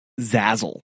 Zazzle